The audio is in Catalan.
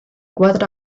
quatre